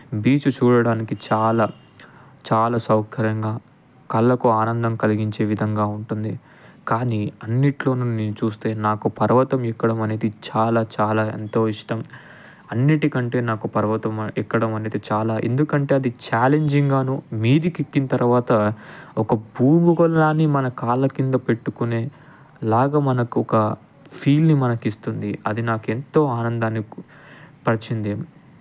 beach చూడడానికి చాలా చాలా సౌకర్యంగా కళ్ళకు ఆనందం కలిగించే విధంగా ఉంటుంది కానీ అన్నిట్లోనూ నేను చూస్తే నాకు పర్వతం ఎక్కడం అనేది చాలా చాలా ఎంతో ఇష్టం అన్నిటికంటే నాకు పర్వతం ఎక్కడం అనేది చాలా ఎందుకంటే అది ఛాలెంజింగ్గాను మీదికి ఎక్కిన తర్వాతనే ఒక భూగోళాన్ని మన కాళ్ళ కింద పెట్టుకునే లాగ మనకు ఒక ఫీల్ని మనకు ఇస్తుంది అది నాకెంతో ఆనందాన్ని పరిచింది